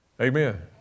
Amen